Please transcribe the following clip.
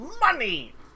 money